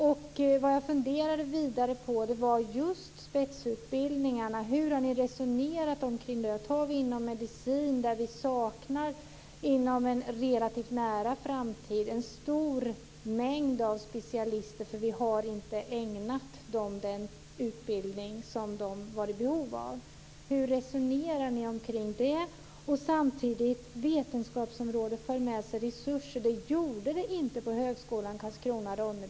Jag har också funderat på hur ni har resonerat när det gäller spetsutbildningarna, t.ex. inom medicinen, där vi inom en relativt nära framtid kommer att sakna en mängd specialister på grund av att de inte har fått den utbildning som de har haft behov av. Hur resonerar ni om detta? Det sägs att vetenskapsområden för med sig resurser. Men det gjorde det inte på högskolan Karlskrona/Ronneby.